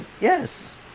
Yes